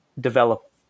develop